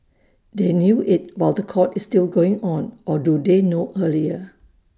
they knew IT while The Court is still going on or do they know earlier